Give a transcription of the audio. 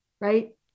right